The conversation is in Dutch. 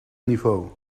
niveau